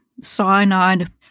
cyanide